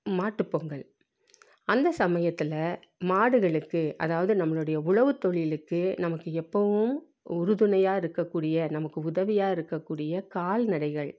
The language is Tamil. மாட்டுப்பொங்கல் அந்த சமயத்தில் மாடுகளுக்கு அதாவது நம்மளுடைய உழவுத் தொழிலுக்கு நமக்கு எப்பவும் உறுதுணையாக இருக்கக்கூடிய நமக்கு உதவியாக இருக்கக்கூடிய கால்நடைகள்